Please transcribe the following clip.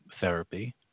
therapy